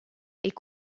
est